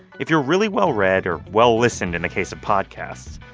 if you're really well-read or well-listened in the case of podcasts,